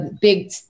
big